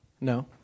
No